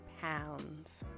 pounds